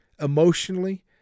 emotionally